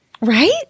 right